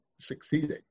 succeeding